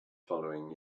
following